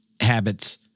habits